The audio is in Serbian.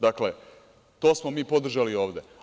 Dakle, to smo mi podržali ovde.